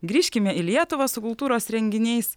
grįžkime į lietuvą su kultūros renginiais